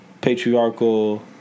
patriarchal